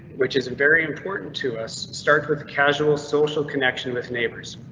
which is very important to us. start with casual social connection with neighbors.